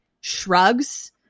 shrugs